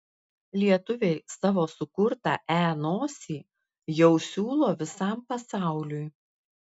lietuviai savo sukurtą e nosį jau siūlo visam pasauliui